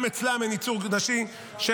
גם אצלן אין ייצוג נשי של